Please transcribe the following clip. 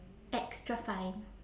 extra fine